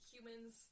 Humans